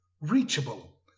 reachable